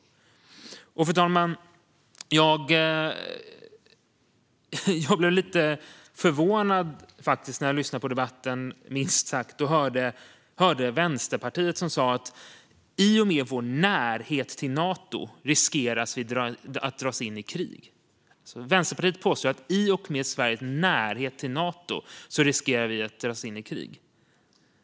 Fru talman! Jag blev minst sagt förvånad när jag lyssnade på debatten och hörde Vänsterpartiet säga att i och med vår närhet till Nato riskerar vi att dras in i krig. Vänsterpartiet påstod alltså att i och med Sveriges närhet till Nato riskerar vi att dras in i krig.